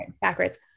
backwards